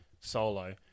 solo